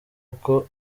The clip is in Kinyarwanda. uko